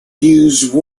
use